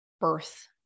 birth